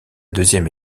deuxième